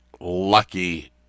lucky